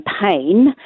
campaign